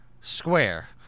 square